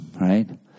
Right